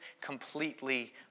completely